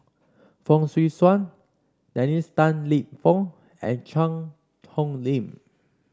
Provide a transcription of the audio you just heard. Fong Swee Suan Dennis Tan Lip Fong and Cheang Hong Lim